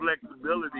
flexibility